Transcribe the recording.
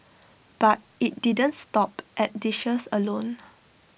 but IT didn't stop at dishes alone